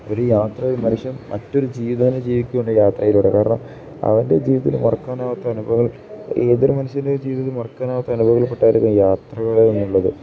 ഒരു യാത്രയില് മനുഷ്യൻ മറ്റൊരു ജീവിതമാണ് ജീവിക്കുന്നത് യാത്രയിലൂടെ കാരണം അവൻ്റെ ജീവിതത്തിൽ മറക്കാനാവാത്ത അനുഭവങ്ങൾ ഏതൊരു മനുഷ്യൻ്റെയും ജീവിതത്തിൽ മറക്കാനാവാത്ത അനുഭവങ്ങളില്പ്പെട്ടതായിരിക്കും യാത്രകളെന്നുള്ളത്